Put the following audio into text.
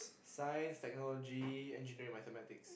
science technology engineering mathematics